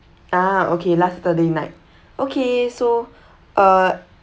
ah okay last saturday night okay so uh